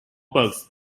bugs